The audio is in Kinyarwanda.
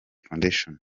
foundation